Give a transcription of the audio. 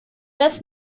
das